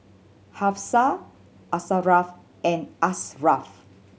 Hafsa Asharaff and Ashraff